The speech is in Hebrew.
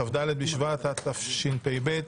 כ"ד שבט התשפ"ב,